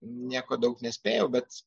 nieko daug nespėjau bet